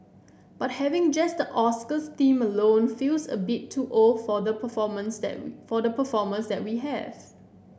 but having just the Oscars theme alone feels a bit too old for the performers that for the performers that we have